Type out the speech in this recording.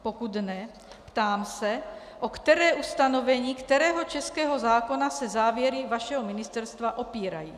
Pokud ne, ptám se, o které ustanovení kterého českého zákona se závěry vašeho ministerstva opírají.